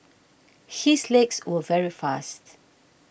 his legs were very fast